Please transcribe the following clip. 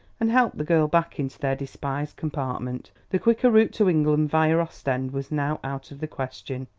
and helped the girl back into their despised compartment the quicker route to england via ostend was now out of the question.